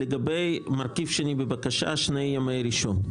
לגבי מרכיב שני בבקשה, שני ימי ראשון.